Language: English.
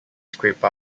scrape